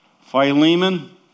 Philemon